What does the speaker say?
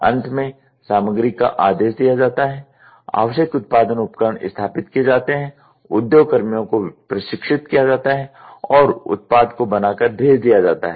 अंत में सामग्री का आदेश दिया जाता है आवश्यक उत्पादन उपकरण स्थापित किए जाते हैं उद्योग कर्मियों को प्रशिक्षित किया जाता है और उत्पाद को बना कर भेज दिया जाता है